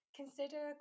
consider